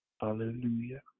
Hallelujah